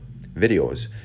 videos